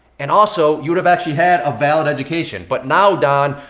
and also, you'd have actually had a valid education. but now, don,